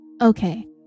Okay